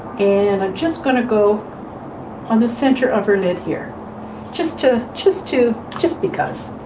and i'm just gonna go on the center of her lid here just to just to just because.